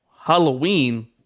Halloween